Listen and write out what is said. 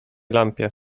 lampie